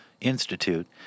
Institute